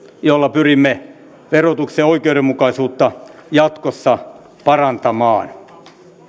joilla pyrimme verotuksen oikeudenmukaisuutta jatkossa parantamaan